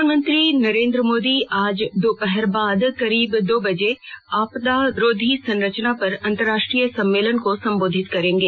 प्रधानमंत्री नरेन्द्र मोदी आज दोपहर बाद करीब दो बजे आपदा रोधी संरचना पर अंतर्राष्ट्रीय सम्मेलन को संबोधित करेंगे